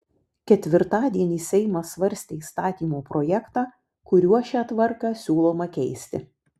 ketvirtadienį seimas svarstė įstatymo projektą kuriuo šią tvarką siūloma keisti